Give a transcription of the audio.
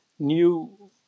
new